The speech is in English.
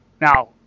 now